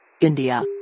India